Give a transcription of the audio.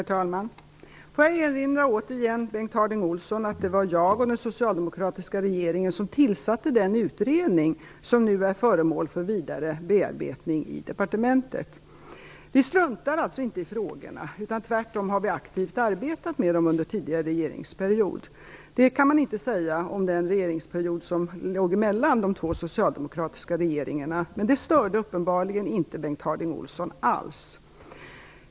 Herr talman! Får jag återigen erinra Bengt Harding Olson om att det var jag och den socialdemokratiska regeringen som tillsatte den utredning som nu är föremål för vidare bearbetning i departementet. Vi struntar alltså inte i frågorna. Tvärtom har vi aktivt arbetat med dem under tidigare regeringsperiod. Det kan man inte säga om regeringsperioden mellan de två socialdemokratiska regeringarna, men det störde uppenbarligen alls inte Bengt Harding Olson.